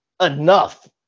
enough